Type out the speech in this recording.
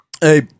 hey